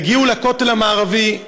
תגיעו לכותל המערבי,